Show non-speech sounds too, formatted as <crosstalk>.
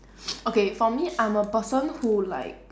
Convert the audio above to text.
<noise> okay for me I'm a person who like